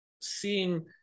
seeing